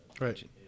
right